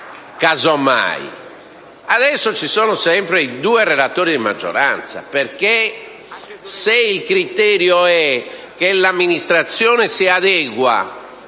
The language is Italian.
minoranza; adesso ci sono sempre due relatori di maggioranza. Se il criterio è che l'amministrazione si adegua